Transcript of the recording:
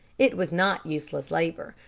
it was not useless labor,